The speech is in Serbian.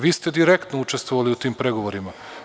Vi ste direktno učestvovali u tim pregovorima.